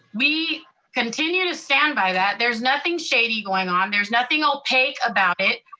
we continue to stand by that. there's nothing shady going on, there's nothing opaque about it.